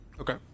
Okay